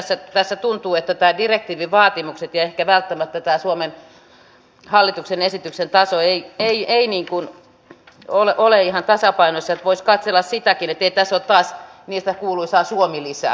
jotenkin tässä tuntuu että tämän direktiivin vaatimukset ja ehkä välttämättä suomen hallituksen esityksen taso eivät ole ihan tasapainossa että voisi katsella sitäkin ettei tässä ole taas sitä kuuluisaa suomi lisää